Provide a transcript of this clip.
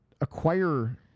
acquire